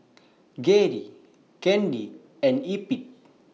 Gerry Candy and Eppie